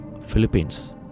Philippines